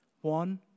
one